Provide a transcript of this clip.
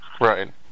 right